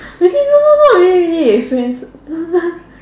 I say no no no really really friends